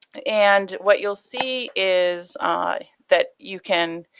and what you'll see is ah that you can,